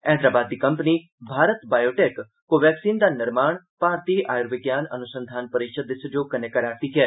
हैदराबाद दी company Bharat Biotech Covaxin दा निर्माण भारती आयुर्विज्ञान अनुसंधान परिषद दे सैहयोग कन्नै करा करदी ऐ